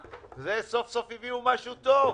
סוף-סוף הביאו משהו טוב.